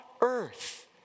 earth